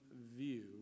view